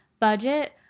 budget